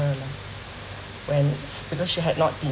lah when because she had not been